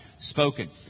Spoken